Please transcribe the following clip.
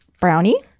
brownie